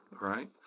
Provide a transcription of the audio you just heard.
right